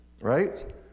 right